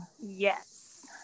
Yes